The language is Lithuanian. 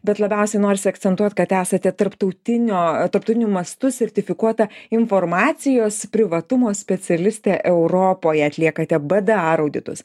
bet labiausiai noris akcentuot kad esate tarptautinio tarptautiniu mastu sertifikuota informacijos privatumo specialistė europoje atliekate b d ar auditus